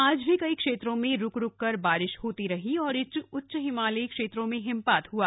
आज भी कई क्षेत्रों में रुक रुक कर बारिश होती रही और उच्च हिमालयी क्षेत्रों में हिमपात हुआ